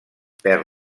perd